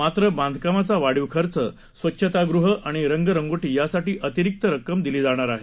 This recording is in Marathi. मात्र बांधकामाचा वाढीव खर्च स्वच्छता गृह आणि रंगरंगोटी साठी अतिरिक्त रक्कम दिली जाणार आहे